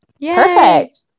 perfect